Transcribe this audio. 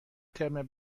ترم